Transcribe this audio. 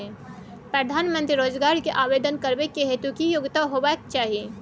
प्रधानमंत्री रोजगार के आवेदन करबैक हेतु की योग्यता होबाक चाही?